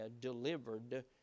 delivered